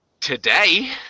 today